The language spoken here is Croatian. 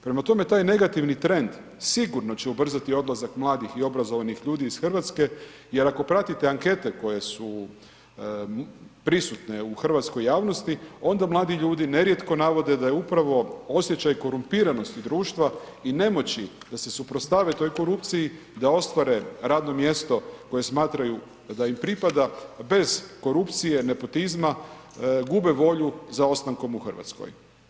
Prema tome, taj negativni trend sigurno će ubrzati odlazak mladih i obrazovanih ljudi iz Hrvatske jer ako pratite ankete koje su prisutne u hrvatskoj javnosti onda mladi ljudi nerijetko navode da je upravo osjećaj korumpiranosti društva i nemoći da se suprotstave toj korupciji da ostvare radno mjesto koje smatraju da im pripada bez korupcije, nepotizma, gube volju za ostankom u Hrvatskoj.